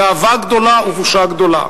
גאווה גדולה ובושה גדולה.